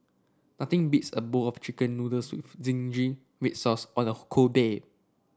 nothing beats a bowl of chicken noodles with zingy red sauce on a cold day